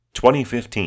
2015